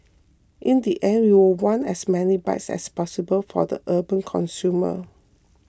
in the end we will want as many bikes as possible for the urban consumer